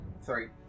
sorry